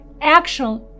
Action